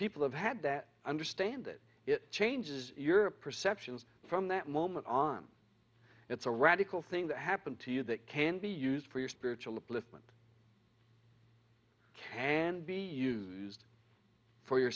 people have had that understand that it changes your perceptions from that moment on it's a radical thing that happened to you that can be used for your spiritual upliftment can be used for your